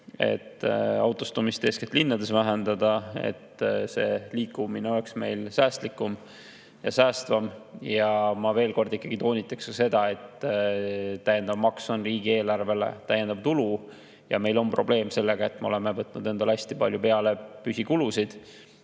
et autostumist eeskätt linnades vähendada, et liikumine oleks säästlikum ja säästvam. Ma veel kord toonitan, et täiendav maks on riigieelarvele täiendav tulu. Meil on probleem sellega, et me oleme võtnud enda [kanda] hästi palju püsikulusid,